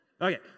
Okay